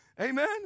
Amen